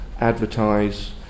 advertise